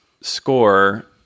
score